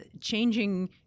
changing